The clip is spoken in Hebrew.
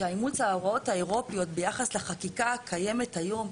שאימוץ ההוראות האירופיות ביחס לחקיקה הקיימת היום,